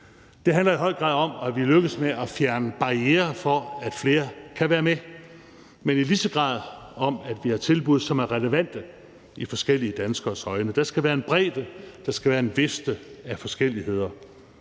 Det handler i høj grad om, at vi lykkes med at fjerne barrierer for, at flere kan være med, men i lige så høj grad også om, at vi har tilbud, som er relevante i forskellige danskeres øjne. Der skal være en bredde, der skal være en vifte af forskelligheder.